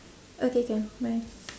okay can bye